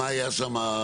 מה היה שם?